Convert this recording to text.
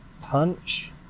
punch